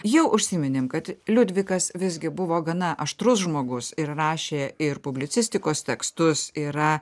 jau užsiminėm kad liudvikas visgi buvo gana aštrus žmogus ir rašė ir publicistikos tekstus yra